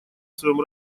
своем